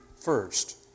first